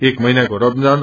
एक महिनाको रमजान